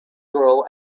girl